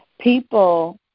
People